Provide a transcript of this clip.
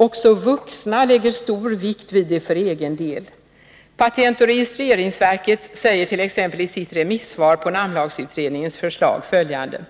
Också vuxna lägger stor vikt vid det för egen del. Patentoch registreringsverket säger t.ex. i sitt remissvar på namnlagsutredningens förslag följande: